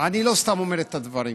אני לא סתם אומר את הדברים,